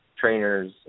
Trainers